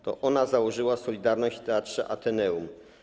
To ona założyła „Solidarność” w Teatrze Ateneum.